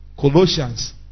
Colossians